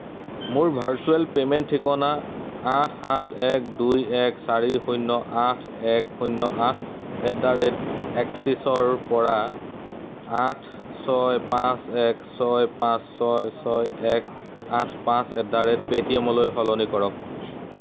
মোৰ virtual payment ঠিকনা আঠ সাত এক দুই এক চাৰি শূন্য আঠ এক শূন্য আঠ এট দ্য ৰেট এক্সিচৰপৰা আঠ ছয় পাঁচ এক ছয় পাঁচ ছয় ছয় এক আঠ পাঁচ এট দ্য ৰেট পেটিএমলৈ সলনি কৰক